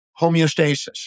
homeostasis